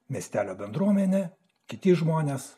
miestelio bendruomenė kiti žmonės